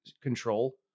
control